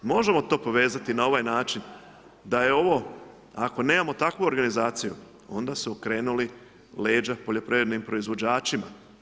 Možemo to povezati na ovaj način da je ovo ako nemamo takvu organizaciju onda su okrenuli leđa poljoprivrednim proizvođačima.